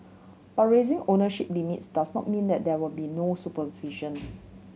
but raising ownership limits does not mean that there will be no supervision